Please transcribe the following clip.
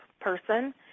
person